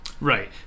Right